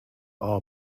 all